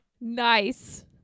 Nice